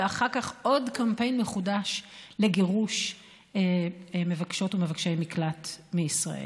ואחר כך עוד קמפיין מחודש לגירוש מבקשות ומבקשי מקלט מישראל.